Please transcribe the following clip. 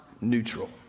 neutral